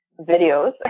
videos